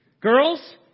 Girls